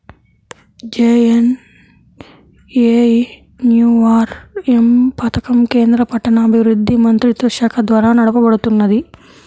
JNNURM పథకం కేంద్ర పట్టణాభివృద్ధి మంత్రిత్వశాఖ ద్వారా నడపబడుతున్నది